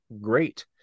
great